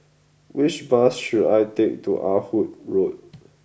which bus should I take to Ah Hood Road